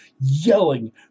yelling